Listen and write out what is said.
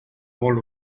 molt